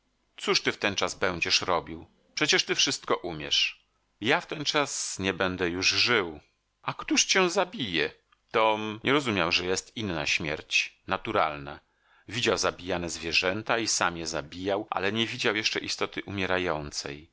cóż ty wtenczas będziesz robił przecież ty wszystko umiesz ja wtenczas nie będę już żył a któż cię zabije tom nie rozumiał że jest inna śmierć naturalna widział zabijane zwierzęta i sam je zabijał ale nie widział jeszcze istoty umierającej